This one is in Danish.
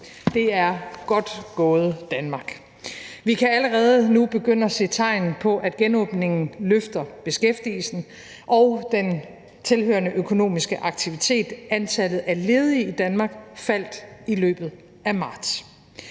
Det er godt gået, Danmark. Vi kan allerede nu begynde at se tegn på, at genåbningen løfter beskæftigelsen og den tilhørende økonomiske aktivitet. Antallet af ledige i Danmark faldt i løbet af marts.